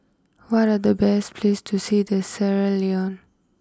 what are the best places to see the Sierra Leone